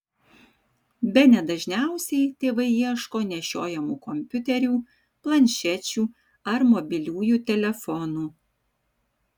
bene dažniausiai tėvai ieško nešiojamų kompiuterių planšečių ar mobiliųjų telefonų